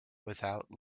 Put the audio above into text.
without